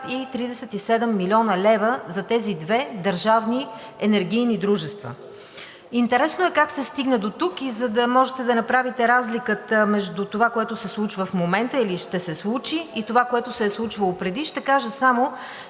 37 млн. лв. за тези две държавни енергийни дружества. Интересно е как се стигна дотук. За да може да направите разликата между това, което се случва в момента или ще се случи, и това, което се е случвало преди, ще кажа само,